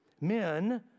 Men